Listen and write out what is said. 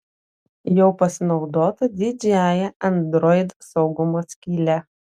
jau pasinaudota didžiąja android saugumo skyle